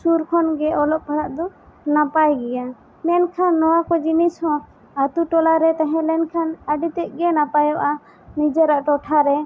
ᱥᱩᱨ ᱠᱷᱚᱱ ᱜᱮ ᱚᱞᱚᱜ ᱯᱟᱲᱦᱟᱜ ᱫᱚ ᱱᱟᱯᱟᱭ ᱜᱮᱭᱟ ᱢᱮᱱᱠᱷᱟᱱ ᱱᱚᱣᱟ ᱠᱚ ᱡᱤᱱᱤᱥ ᱦᱚᱸ ᱟᱛᱳ ᱴᱚᱞᱟ ᱨᱮ ᱛᱟᱦᱮᱸ ᱞᱮᱱ ᱠᱷᱟᱱ ᱟᱹᱰᱤ ᱛᱮᱫ ᱜᱮ ᱱᱟᱯᱟᱭᱚᱜᱼᱟ ᱱᱤᱡᱮᱨᱟᱜ ᱴᱚᱴᱷᱟ ᱨᱮ